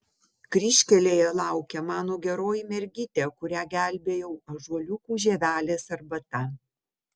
kryžkelėje laukia mano geroji mergytė kurią gelbėjau ąžuoliukų žievelės arbata